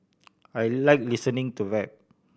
I like listening to rap